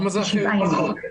אלה שבעה ימים.